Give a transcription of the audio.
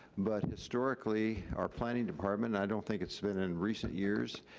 but historically our planning department and i don't think it's been in recent years,